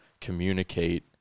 communicate